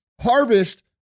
harvest